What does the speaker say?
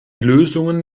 lösungen